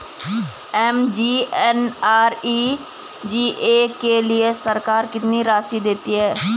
MGNREGA के लिए सरकार कितनी राशि देती है?